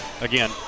again